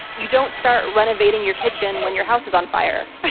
you don't start renovating your kitchen when your house is on fire.